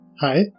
Hi